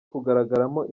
kugaragaramo